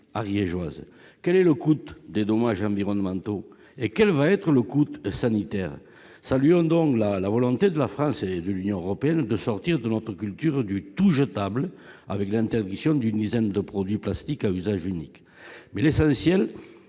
ariégeoises, quel est le coût des dommages environnementaux et quel va être le coût sanitaire saluons donc la la volonté de la France et de l'Union européenne, de sortir de notre culture, du tout jetable avec l'interdiction d'une dizaine de produits plastiques à usage unique, mais l'essentiel